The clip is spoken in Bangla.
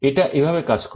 এটা এভাবে কাজ করে